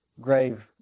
grave